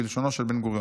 בלשונו של בן-גוריון.